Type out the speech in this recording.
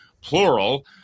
plural